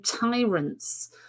tyrants